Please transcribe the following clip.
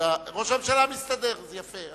ראש הממשלה מסתדר, זה יפה.